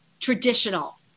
traditional